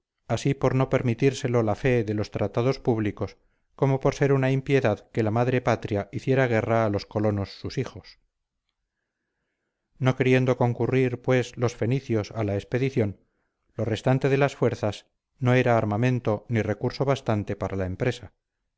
así por no permitírselo la fe de los tratados públicos como por ser una impiedad que la madre patria hiciera guerra a los colonos sus hijos no queriendo concurrir pues los fenicios a la expedición lo restante de las fuerzas no era armamento ni recurso bastante para la empresa